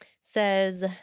says